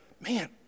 man